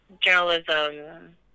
journalism